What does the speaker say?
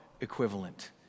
equivalent